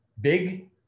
big